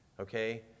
Okay